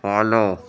follow